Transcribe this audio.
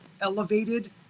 elevated